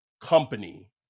company